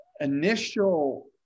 initial